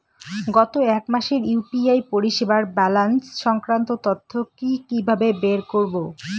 গত এক মাসের ইউ.পি.আই পরিষেবার ব্যালান্স সংক্রান্ত তথ্য কি কিভাবে বের করব?